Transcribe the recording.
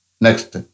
Next